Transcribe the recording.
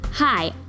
Hi